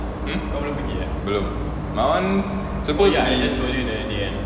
hmm belum my [one] supposed to be